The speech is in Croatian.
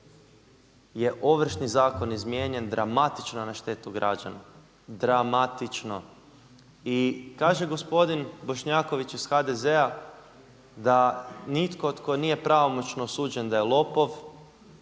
je Ovršni zakon izmijenjen dramatično na štetu građana, dramatično. I kaže gospodin Bošnjaković iz HDZ-a da nitko tko nije pravomoćno osuđen da je lopov,